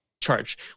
charge